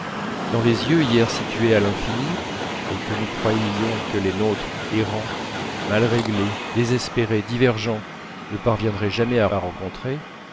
dans les yeux situés à l'infini et que nous croyions que les nôtres errants mal réglés désespérés divergents ne parviendraient jamais à rencontrer